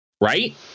right